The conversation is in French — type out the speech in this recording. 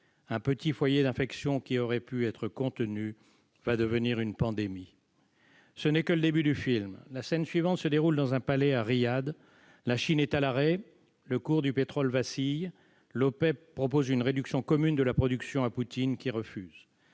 Un petit foyer d'infection qui aurait pu être contenu va donner naissance à une pandémie. Ce n'est là que le début du film. La scène suivante se déroule dans un palais à Riyad. La Chine est à l'arrêt, le cours du pétrole vacille ; l'OPEP propose une réduction commune de la production à Poutine, qui refuse.